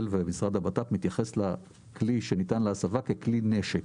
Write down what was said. ומשרד הבט"פ מתייחס לכלי שניתן להסבה ככלי נשק.